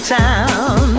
town